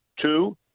Two